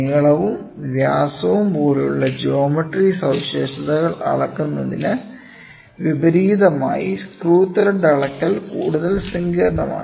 നീളവും വ്യാസവും പോലുള്ള ജോമട്രി സവിശേഷതകൾ അളക്കുന്നതിന് വിപരീതമായി സ്ക്രൂ ത്രെഡ് അളക്കൽ കൂടുതൽ സങ്കീർണ്ണമാണ്